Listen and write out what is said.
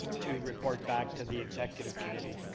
to report back to the executive committee.